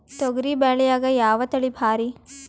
ತೊಗರಿ ಬ್ಯಾಳ್ಯಾಗ ಯಾವ ತಳಿ ಭಾರಿ?